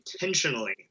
intentionally